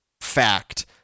fact